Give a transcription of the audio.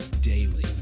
daily